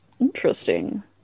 Interesting